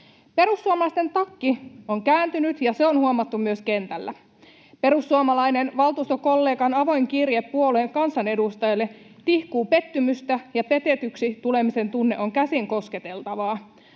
Perussuomalaisten takki on kääntynyt, ja se on huomattu myös kentällä. Perussuomalaisen valtuustokollegan avoin kirje puolueen kansanedustajille tihkuu pettymystä, ja petetyksi tulemisen tunne on käsin kosketeltavaa.